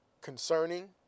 concerning